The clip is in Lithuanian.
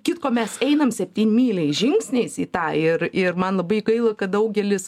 kitko mes einam septynmyliais žingsniais į tą ir ir man labai gaila kad daugelis